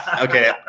Okay